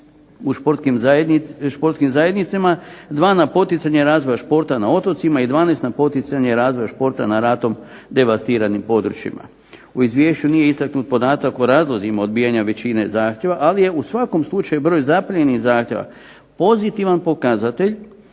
u športskim zajednicama, dva za poticanje razvoja športa na otocima i 12 na poticanje razvoja športa na ratom devastiranim područjima. U Izvješću nije istaknut podatak o razlozima odbijanja većine zahtjeva ali je u svakom slučaju broj zaprimljenih zahtjeva pozitivan pokazatelj